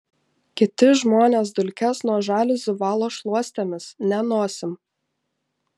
kiti žmonės dulkes nuo žaliuzių valo šluostėmis ne nosim